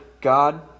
God